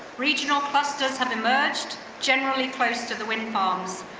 regional clusters have emerged generally close to the wind farms.